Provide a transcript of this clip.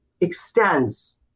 extends